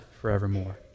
forevermore